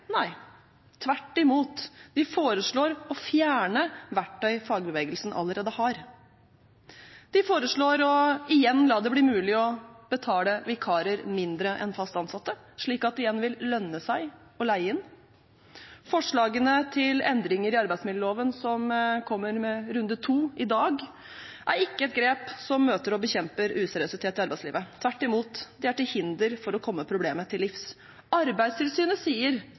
Nei, tvert imot – den foreslår å fjerne verktøy fagbevegelsen allerede har. Den foreslår å la det igjen bli mulig å betale vikarer mindre enn fast ansatte, slik at det igjen vil lønne seg å leie inn. Forslagene til endringer i arbeidsmiljøloven som kommer med runde to i dag, er ikke et grep som møter og bekjemper useriøsitet i arbeidslivet. Tvert imot, det er til hinder for å komme problemet til livs. Arbeidstilsynet sier